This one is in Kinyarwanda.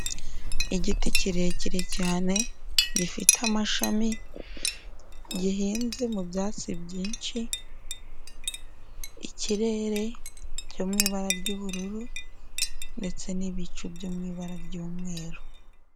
Igiti kirekire cyane gifite amashami, gihinze mu byatsi byinshi, ikirere cyo mu ibara ry'ubururu ndetse n'ibicu byo mu ibara ry'umweru.